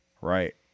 right